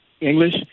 English